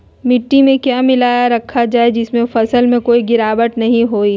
मिट्टी में क्या मिलाया रखा जाए जिससे फसल में कोई गिरावट नहीं होई?